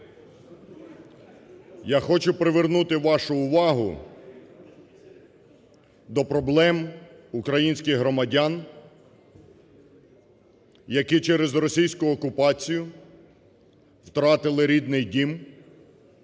Я хочу привернути вашу увагу до проблем українських громадян, які через російську окупацію втратили рідний дім,